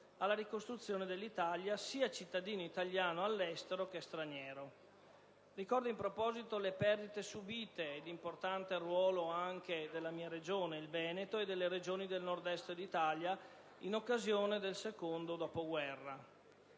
alla ricostruzione dell'Italia, sia cittadino italiano all'estero che straniero. Ricordo in proposito le perdite subite e l'importante ruolo anche della mia Regione, il Veneto, e delle Regioni del Nord Est d'Italia in occasione del secondo dopoguerra.